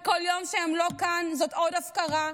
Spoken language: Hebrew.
ובכל יום שהם לא כאן זאת עוד הפקרה,